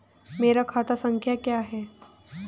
मेरा खाता संख्या क्या है?